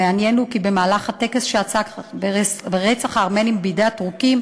המעניין הוא כי במהלך הטקס שעסק ברצח הארמנים בידי הטורקים